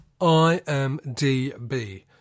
IMDB